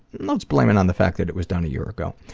let's blame it on the fact that it was done a year ago.